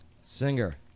Singer